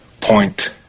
point